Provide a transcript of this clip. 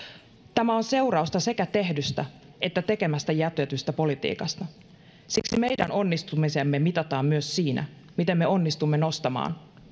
tämä on seurausta sekä tehdystä että tekemättä jätetystä politiikasta siksi meidän onnistumisemme mitataan myös siinä miten me onnistumme nostamaan